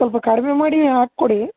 ಸ್ವಲ್ಪ ಕಡಿಮೆ ಮಾಡಿ ಹಾಕಿಕೊಡಿ